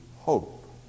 hope